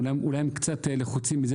אולי הם קצת לחוצים מזה